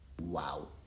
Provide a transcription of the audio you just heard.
Wow